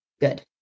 good